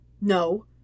No